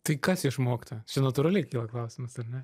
tai kas išmokta čia natūraliai kyla klausimas ar ne